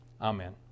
Amen